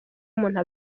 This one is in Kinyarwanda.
umuntu